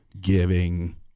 giving